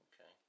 Okay